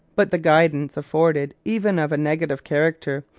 but the guidance afforded even of a negative character,